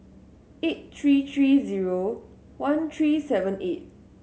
eight three three zero one three seven eight